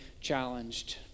challenged